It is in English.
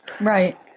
Right